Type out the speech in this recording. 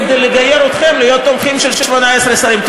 כדי לגייר אתכם להיות תומכים של 18 שרים.